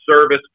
service